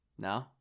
No